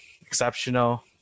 exceptional